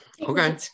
okay